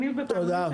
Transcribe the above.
בפעמונים,